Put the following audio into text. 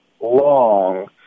long